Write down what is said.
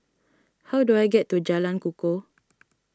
how do I get to Jalan Kukoh